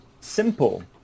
simple